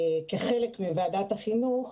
כחלק מוועדת החינוך,